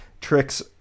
tricks